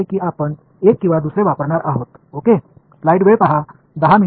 எனவே கையில் உள்ள பிரச்சினை எது என்பதைப் பொறுத்து நாம் இதை அல்லது மற்றொன்றைப் பயன்படுத்தப் போகிறோம்